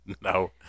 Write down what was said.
No